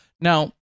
Now